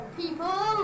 people